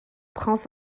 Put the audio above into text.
prends